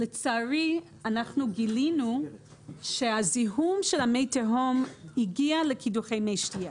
לצערי אנחנו גילינו שהזיהום של מי התהום הגיע לקידוחי מי שתייה.